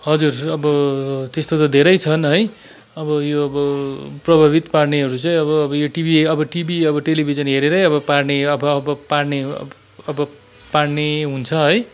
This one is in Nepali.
हजुर अब त्यस्तो त धेरै छन् है अब यो अब प्रभावित पार्नेहरू चाहिँ अब यो टिभी अब टिभी अब टेलिभिजनहरू हेरेरै अब पार्ने अब अब पार्ने अब पार्ने हुन्छ है